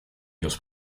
los